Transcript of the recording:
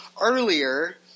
earlier